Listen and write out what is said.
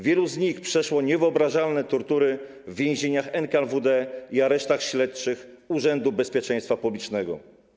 Wielu z nich przeszło niewyobrażalne tortury w więzieniach NKWD i aresztach śledczych Urzędu Bezpieczeństwa Publicznego.